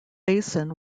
basin